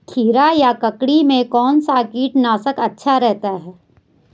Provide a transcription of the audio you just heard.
खीरा या ककड़ी में कौन सा कीटनाशक अच्छा रहता है?